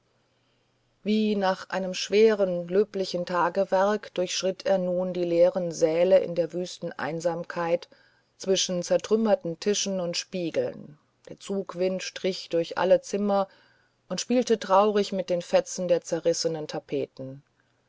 wie nach einem schweren löblichen tagewerke durchschritt er nun die leeren säle in der wüsten einsamkeit zwischen zertrümmerten tischen und spiegeln der zugwind strich durch alle zimmer und spielte traurig mit den fetzen der zerrissenen tapeten